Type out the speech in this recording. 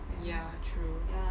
ya true